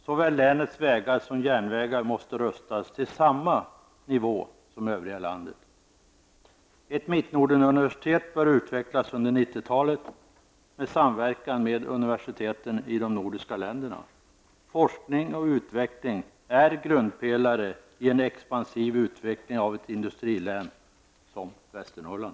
Såväl länets vägar som järnvägar måste rustas till samma nivå som i övriga landet. Ett Mittnordenuniversitet med samverkan med universiteten i de nordiska länderna bör utvecklas under 90-talet. Forskning och utveckling är grundpelare i en expansiv utveckling av ett industrilän som Västernorrland.